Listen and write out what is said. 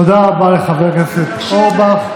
תודה רבה לחבר הכנסת אורבך.